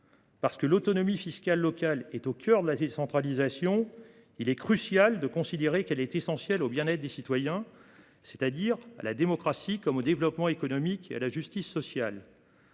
Parce que l’autonomie fiscale locale est au cœur de la décentralisation, il est crucial de considérer qu’elle est essentielle au bien-être des citoyens, c’est-à-dire à la démocratie, au développement économique et à la justice sociale.